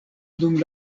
dum